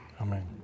Amen